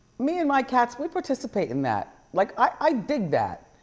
me and my cats, we participate in that. like, i dig that.